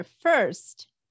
first